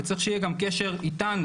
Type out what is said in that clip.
וצריך שיהיה גם קשר איתנו,